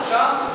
אפשר?